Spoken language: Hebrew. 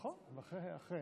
נכון, ואחריהן יש דיון.